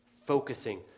focusing